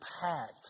packed